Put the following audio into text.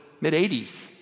mid-80s